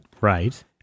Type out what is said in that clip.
Right